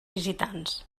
visitants